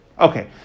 Okay